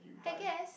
I guess